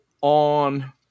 on